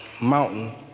mountain